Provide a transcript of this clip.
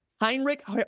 Heinrich